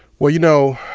well, you know,